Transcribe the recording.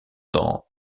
dans